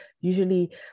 usually